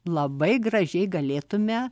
labai gražiai galėtumėme